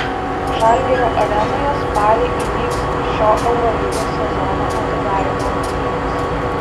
žalgirio arenoje spalį įvyks šio eurolygos sezono atidarymo rungtynės